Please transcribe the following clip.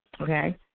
Okay